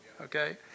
Okay